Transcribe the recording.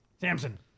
Samson